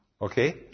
Okay